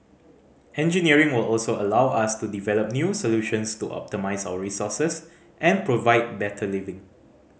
engineering will also allow us to develop new solutions to optimise our resources and provide better living